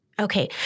Okay